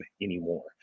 anymore